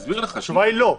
התשובה היא לא.